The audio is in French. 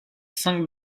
cinq